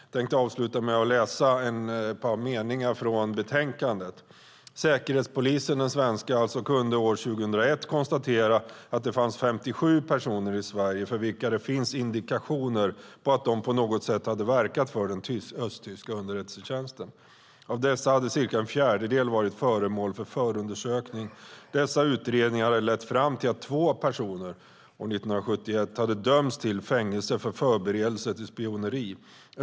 Jag tänker avsluta anförandet med att läsa upp några meningar från betänkandet: "Säkerhetspolisen" - den svenska - "kunde år 2001 konstatera att det fanns 57 personer i Sverige för vilka det fanns indikationer på att de på något sätt hade verkat för den östtyska underrättelsetjänsten. Av dessa hade cirka en fjärdedel varit föremål för förundersökning. Dessa utredningar hade lett fram till att två personer år 1971 hade dömts till fängelse för förberedelse till spioneri.